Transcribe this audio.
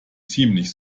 ziemlich